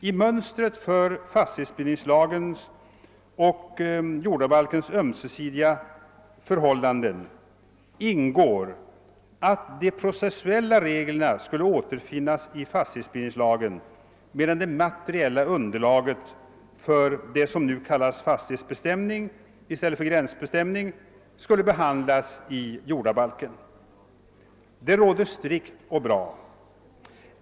I mönstret för fastighetsbildningslagens och jordabalkens ömsesidiga förhållanden ingår att de processuella reglerna skulle åter finnas i fastighetsbildningslagen, medan det materiella underlaget för det som nu kallas fastighetsbestämning i stället för gränsbestämning skulle behandlas i jordabalken. Det låter strikt och bra.